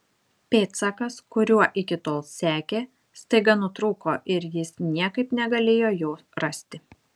pėdsakas kuriuo iki tol sekė staiga nutrūko ir jis niekaip negalėjo jo rasti